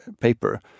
paper